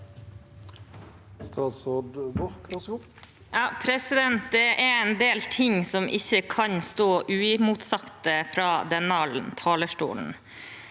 Det er en del ting som ikke kan stå uimotsagt fra denne talerstolen.